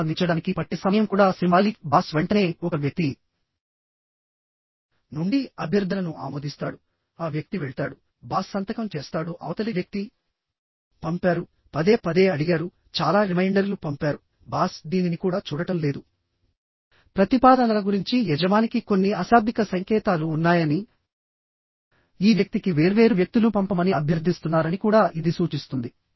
ప్రతిస్పందించడానికి పట్టే సమయం కూడా సింబాలిక్ బాస్ వెంటనే ఒక వ్యక్తి నుండి అభ్యర్థనను ఆమోదిస్తాడు ఆ వ్యక్తి వెళ్తాడు బాస్ సంతకం చేస్తాడు అవతలి వ్యక్తి పంపారు పదే పదే అడిగారు చాలా రిమైండర్లు పంపారు బాస్ దీనిని కూడా చూడటం లేదు ప్రతిపాదనల గురించి యజమానికి కొన్ని అశాబ్దిక సంకేతాలు ఉన్నాయనిఈ వ్యక్తికి వేర్వేరు వ్యక్తులు పంపమని అభ్యర్థిస్తున్నారని కూడా ఇది సూచిస్తుంది